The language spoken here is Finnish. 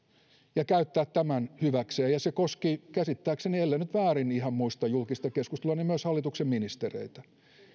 ja käyttää tätä hyväkseen ja se koski käsittääkseni ellen nyt väärin ihan muista julkista keskustelua myös hallituksen ministereitä